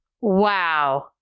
wow